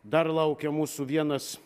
dar laukia mūsų vienas